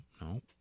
no